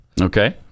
okay